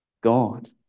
God